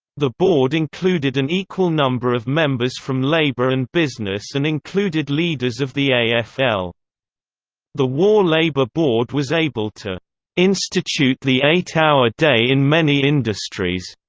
the board included an equal number of members from labor and business and included leaders of the afl. the war labor board was able to institute the eight-hour day in many industries.